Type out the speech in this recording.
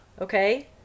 Okay